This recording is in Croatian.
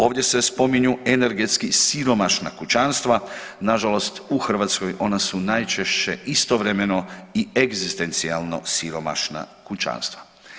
Ovdje se spominju energetski siromašna kućanstva, nažalost u Hrvatskoj ona su najčešće i egzistencijalno siromašna kućanstva.